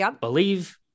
believe